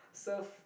surf